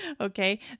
Okay